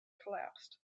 collapsed